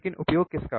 लेकिन उपयोग किसका